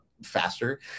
Faster